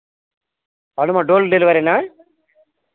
అవునమ్మా డోర్ డెలివరీనా